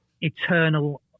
eternal